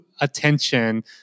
attention